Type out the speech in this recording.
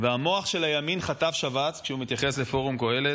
והמוח של הימין חטף שבץ, הוא מתייחס לפורום קהלת,